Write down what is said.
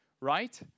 right